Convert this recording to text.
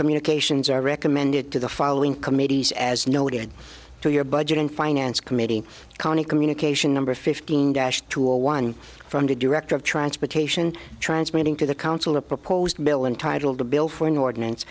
communications are recommended to the following committees as noted to your budget and finance committee county communication number fifteen dash two or one from the director of transportation transmitting to the council a proposed bill entitled the bill for an ordinance